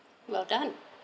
well done